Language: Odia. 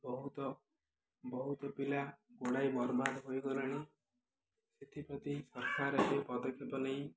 ବହୁତ ବହୁତ ପିଲା ଗୁଡ଼ାଏ ବର୍ବାଦ ହୋଇଗଲେଣି ସେଥିପ୍ରତି ସରକାର ଏ ପଦକ୍ଷେପ ନେଇ